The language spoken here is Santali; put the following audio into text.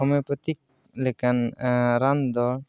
ᱦᱳᱢᱤᱭᱳᱯᱮᱛᱷᱤᱠ ᱞᱮᱠᱟᱱ ᱨᱟᱱ ᱫᱚ